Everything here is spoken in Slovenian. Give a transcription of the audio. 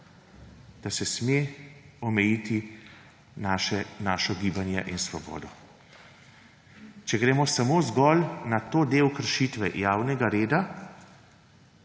da se sme omejiti naše gibanje in svobodo. Če gremo zgolj na ta del kršitve javnega reda